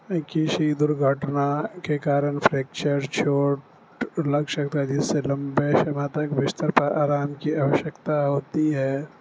کسی درگھٹنا کے کارن فریکچر چوٹ لگ سکتا ہے جس سے لمبے شمے تک بستر پر آرام کی آویشکتا ہوتی ہے